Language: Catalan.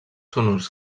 sonors